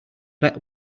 let